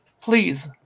please